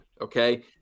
okay